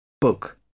Book